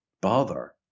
bother